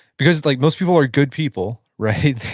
because it's like most people are good people, right?